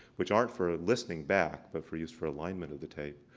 which aren't for listening back, but for use for alignment of the tape.